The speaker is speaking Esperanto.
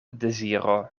deziro